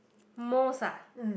most ah